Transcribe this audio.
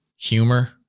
Humor